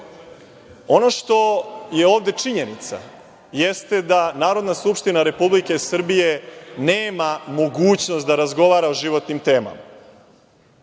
što je ovde činjenica jeste da Narodna skupština Republike Srbije nema mogućnost da razgovara o životnim temama,